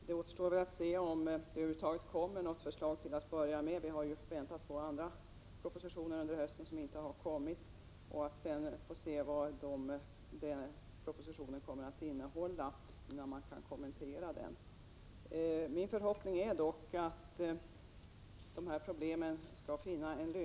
Det återstår att se om det över huvud taget kommer någon proposition — vi har väntat på andra propositioner under hösten som inte har kommit — och sedan att se vad den propositionen i så fall innehåller, innan vi kan kommentera den. Min förhoppning är dock att dessa problem kan få en lösning. Det är — Prot.